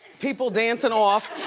people dancing off.